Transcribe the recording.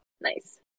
Nice